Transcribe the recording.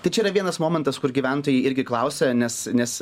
tai čia yra vienas momentas kur gyventojai irgi klausia nes nes